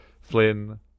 Flynn